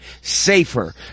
safer